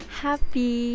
happy